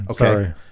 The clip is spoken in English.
Okay